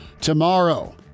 Tomorrow